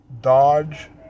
Dodge